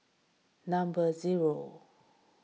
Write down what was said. number zero